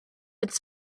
its